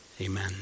Amen